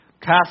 cast